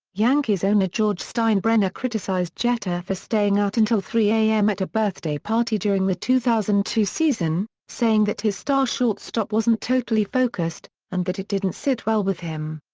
yankees owner george steinbrenner criticized jeter for staying out until three a m. at a birthday party during the two thousand and two season, saying that his star shortstop wasn't totally focused and that it didn't sit well with him.